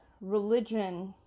religion